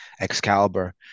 Excalibur